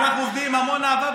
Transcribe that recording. אנחנו עובדים עם המון אהבה,